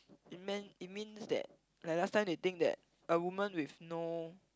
it meant it means that like last time they think that a woman with no